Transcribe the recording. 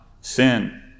sin